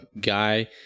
guy